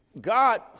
God